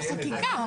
זו חקיקה,